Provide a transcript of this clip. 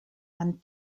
and